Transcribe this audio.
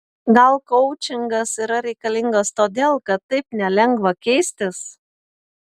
gal koučingas yra reikalingas todėl kad taip nelengva keistis